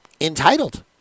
entitled